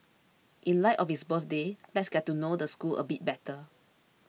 in light of its birthday let's get to know the school a bit better